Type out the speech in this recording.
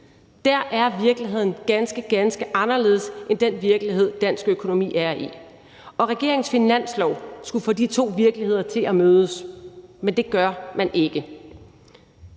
er virkeligheden ganske, ganske anderledes end den virkelighed, dansk økonomi er i. Og med regeringens finanslov skulle man få de to virkeligheder til at mødes, men det gør man ikke.